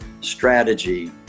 strategy